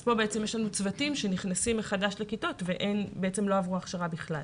פה יש לנו צוותים שנכנסים מחדש לכיתות והם לא עברו הכשרה בכלל,